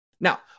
Now